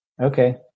Okay